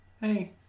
hey